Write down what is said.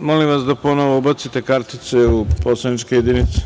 Molim vas da ponovo ubacite kartice u poslaničke jedinice.